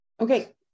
Okay